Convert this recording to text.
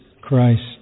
Christ